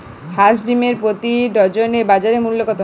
হাঁস ডিমের প্রতি ডজনে বাজার মূল্য কত?